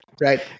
right